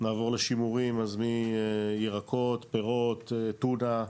נעבור לשימורים, אז ירקות, פירות, טונה.